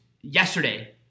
yesterday